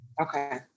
Okay